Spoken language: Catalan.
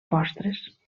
postres